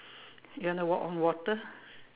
you want to walk on water